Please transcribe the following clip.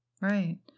Right